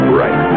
right